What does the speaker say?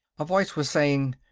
a voice was saying.